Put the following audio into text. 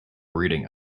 reading